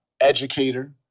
educator